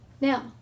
Now